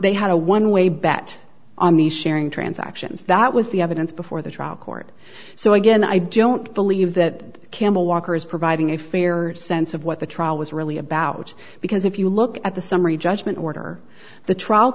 they had a one way bet on the sharing transactions that was the evidence before the trial court so again i don't believe that campbell walker is providing a fair sense of what the trial was really about because if you look at the summary judgment order the trial